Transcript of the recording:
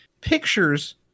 pictures